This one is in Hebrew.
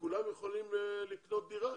שכולם יכולים לקנות דירה.